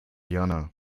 jana